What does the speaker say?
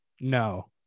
No